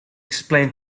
explain